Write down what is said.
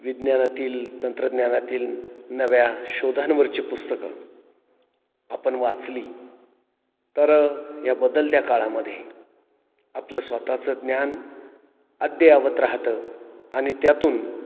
विज्ञानातील तंत्रज्ञानातील नव्या शोधांवरची पुस्तकं आपण वाचली तर या बदलत्या काळामध्ये आपलं स्वतःचं ज्ञान अद्ययावत राहतं आणि त्यातून